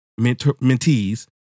mentees